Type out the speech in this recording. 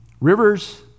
rivers